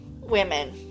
women